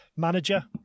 manager